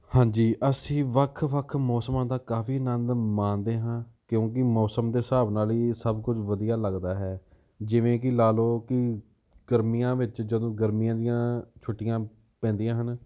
ਹਾਂਜੀ ਅਸੀਂ ਵੱਖ ਵੱਖ ਮੌਸਮਾਂ ਦਾ ਕਾਫੀ ਆਨੰਦ ਮਾਣਦੇ ਹਾਂ ਕਿਉਂਕਿ ਮੌਸਮ ਦੇ ਹਿਸਾਬ ਨਾਲ ਹੀ ਸਭ ਕੁਝ ਵਧੀਆ ਲੱਗਦਾ ਹੈ ਜਿਵੇਂ ਕਿ ਲਾ ਲਓ ਕਿ ਗਰਮੀਆਂ ਵਿੱਚ ਜਦੋਂ ਗਰਮੀਆਂ ਦੀਆਂ ਛੁੱਟੀਆਂ ਪੈਂਦੀਆਂ ਹਨ